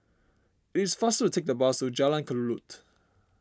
it is faster to take the bus to Jalan Kelulut